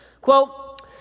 Quote